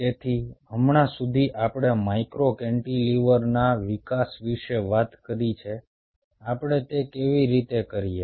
તેથી હમણાં સુધી આપણે માઇક્રો કેન્ટિલીવરના વિકાસ વિશે વાત કરી છે આપણે તે કેવી રીતે કરીએ